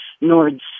Nord's